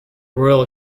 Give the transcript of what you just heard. royal